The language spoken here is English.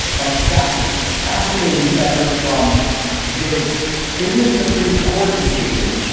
ah, fascinating. fascinating. separate from this famous supreme court decision.